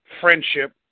friendship